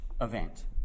event